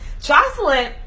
jocelyn